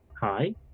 Hi